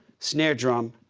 snare drum,